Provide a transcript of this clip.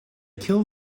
kill